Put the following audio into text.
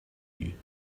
you